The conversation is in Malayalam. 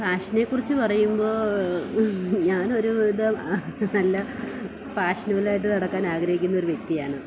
ഫാഷനെക്കുറിച്ച് പറയുമ്പോൾ ഞാനൊരു ഇത് നല്ല ഫാഷനബിളായിട്ട് നടക്കാൻ ആഗ്രഹിക്കുന്നൊരു വ്യക്തിയാണ്